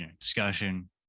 discussion